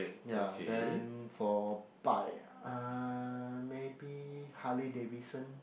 ya then for bike ah maybe Harley Davidson